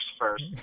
first